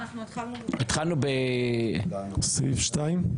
התחלנו ב --- סעיף 2?